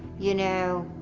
you know,